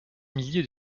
milliers